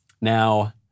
Now